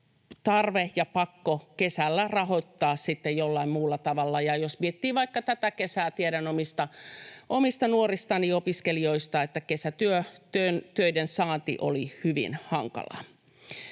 tarve ja pakko kesä rahoittaa jollain muulla tavalla. Ja jos miettii vaikka tätä kesää — tiedän omista nuoristani, opiskelijoista — niin kesätöiden saanti oli hyvin hankalaa.